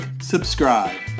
subscribe